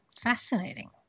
Fascinating